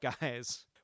guys